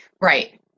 Right